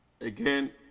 again